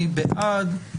מי בעד?